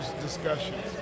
discussions